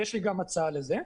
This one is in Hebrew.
ויש לי גם הצעה לזה.